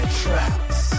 traps